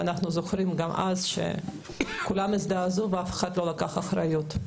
ואנחנו זוכרים שגם אז כולם הזדעזעו ואף אחד לא לקח אחריות.